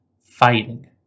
fighting